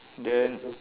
then